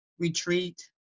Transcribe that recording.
retreat